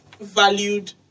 valued